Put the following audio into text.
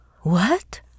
What